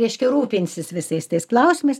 reiškia rūpinsis visais tais klausimais